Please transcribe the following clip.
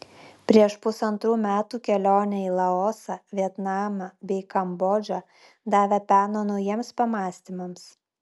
prieš pusantrų metų kelionė į laosą vietnamą bei kambodžą davė peno naujiems pamąstymams